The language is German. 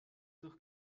durch